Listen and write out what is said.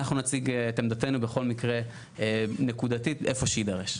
אנחנו נציג את עמדתנו בכל מקרה נקודתית איפה שיידרש.